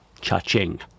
cha-ching